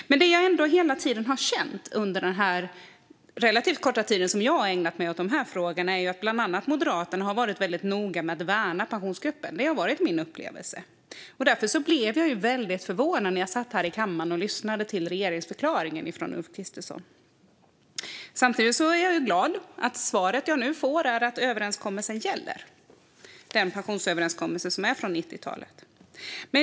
Jag har ändå hela tiden, under den relativt korta tid som jag har ägnat mig åt de här frågorna, känt att bland annat Moderaterna har varit noga med att värna Pensionsgruppen. Det har varit min upplevelse. Därför blev jag väldigt förvånad när jag satt här i kammaren och lyssnade till Ulf Kristerssons regeringsförklaring. Samtidigt är jag glad att svaret jag nu får är att pensionsöverenskommelsen från 90-talet gäller.